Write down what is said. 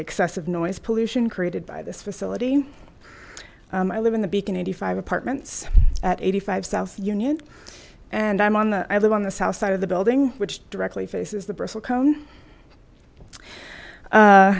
excessive noise pollution created by this facility i live in the beacon eighty five apartments at eighty five south union and i'm on the i live on the south side of the building which directly faces the bristle cone